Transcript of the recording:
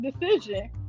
decision